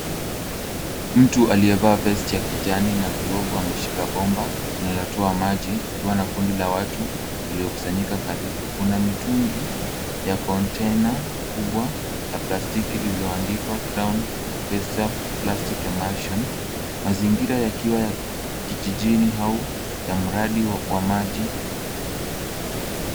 Mtu aliyevaa vest ya kijani na glavu ameshika bomba inayotoa maji akiwa na kundi la watu waliokusanyika karibu. Kuna mitungi ya kontena kubwa la plastiki lililoandikwa Crown Vesta Plastic Emulsion. Mazingira yakiwa ya kijijini au ya mradi wa maji.